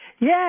Yes